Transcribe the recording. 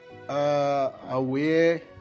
Aware